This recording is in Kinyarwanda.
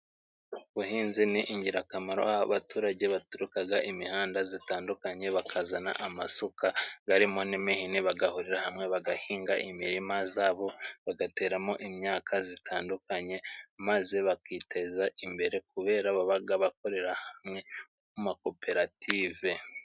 Ubuhinzi ni ingirakamaro aho abaturage baturukaga imihanda zitandukanye bakazana amasuka barimo n'imihini, bagahurira hamwe bagahinga imirima zabo, bagateramo imyaka zitandukanye maze bakiteza imbere, kubera babaga bakorera hamwe mu makoperative.